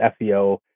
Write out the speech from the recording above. SEO